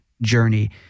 journey